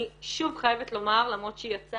אני, שוב, חייבת לומר, למרות שהיא יצאה,